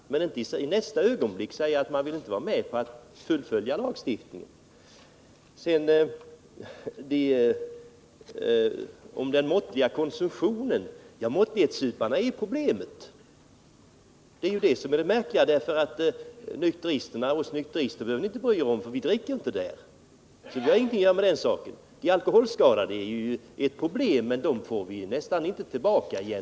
Man kan inte i nästa ögonblick säga att man inte vill vara med om att följa lagstiftningen. Måttlighetssuparna är ett problem. Det är det märkliga. Oss nykterister behöver ni inte bry er om, för vi dricker inte alkohol. Vi har inte någonting att göra med den saken. De alkoholskadade är ett problem, men dem får vi inte tillbaka igen.